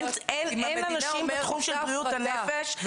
אין אנשים בתחום של בריאות הנפש.